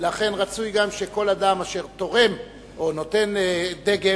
ולכן רצוי שכל אדם אשר תורם או נותן דגימה,